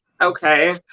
Okay